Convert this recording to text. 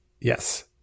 Yes